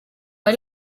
ari